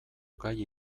gai